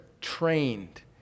trained